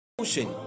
motion